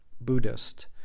Buddhist